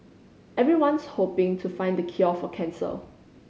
everyone's hoping to find the cure for cancer